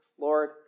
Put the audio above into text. Lord